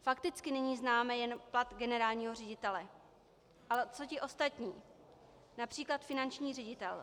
Fakticky nyní známe jen plat generálního ředitele, ale co ti ostatní, např. finanční ředitel?